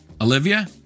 Olivia